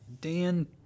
Dan